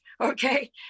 Okay